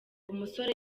umusore